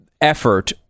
effort